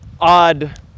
odd